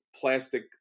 plastic